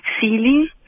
ceiling